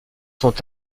sont